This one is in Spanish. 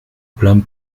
plan